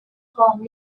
home